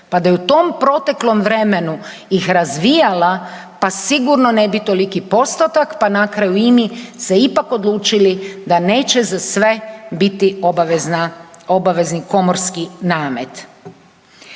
Pa da je u tom proteklom vremenu ih razvijala pa sigurno ne bi toliki postotak pa na kraju i mi se ipak odlučili da neće za sve biti obavezna, obavezni komorski namet.